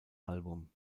album